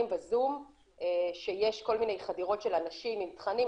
בזום שיש כל מיני חדירות של אנשים עם תכנים,